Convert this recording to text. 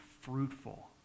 fruitful